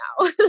now